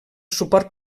suport